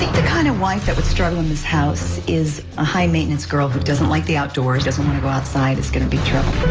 the kind of wife that would struggle in this house is a high maintenance girl who doesn't like the outdoors, doesn't want to go outside it's going to be trouble.